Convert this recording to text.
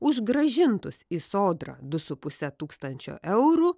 už grąžintus į sodrą du su puse tūkstančio eurų